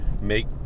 make